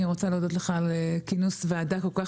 אני רוצה להודות לך על כינוס ועדה כול כך